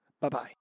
Bye-bye